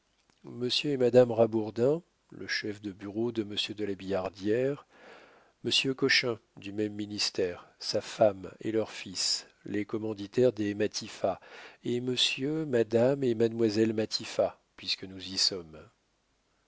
monsieur et madame rabourdin le chef de bureau de monsieur de la billardière monsieur cochin du même ministère sa femme et leur fils les commanditaires des matifat et monsieur madame et mademoiselle matifat puisque nous y sommes